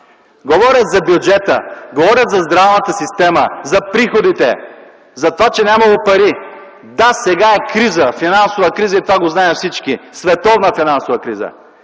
Говорят за бюджета, говорят за здравната система, за приходите, за това че нямало пари. Да, сега е финансова криза и това го знаем всички – световна финансова криза.